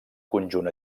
conjunt